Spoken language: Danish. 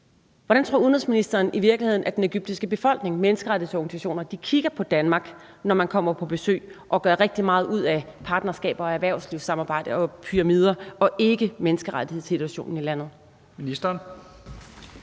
Hvordan tror udenrigsministeren i virkeligheden den egyptiske befolkning, menneskerettighedsorganisationer, kigger på Danmark, når man kommer på besøg og gør rigtig meget ud af partnerskaber og erhvervslivssamarbejde og pyramider og ikke menneskerettighedssituationen i landet?